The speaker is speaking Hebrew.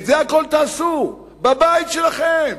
את זה, הכול, תעשו, בבית שלכם.